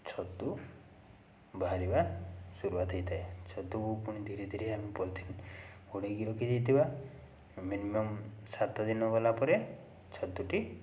ଛତୁ ବାହାରିବା ସୁରୁଆତ୍ ହେଇଥାଏ ଛତୁକୁ ପୁଣି ଧୀରେଧୀରେ ଆମେ ପଲଥିନ୍ ଘୋଡ଼େଇକି ରଖି ଦେଇଥିବା ମିନିମମ୍ ସାତଦିନ ଗଲାପରେ ଛତୁଟି